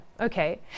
okay